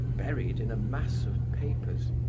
buried in a mass of papers.